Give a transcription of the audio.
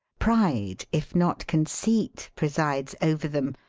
pride, if not conceit, presides over them,